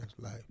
life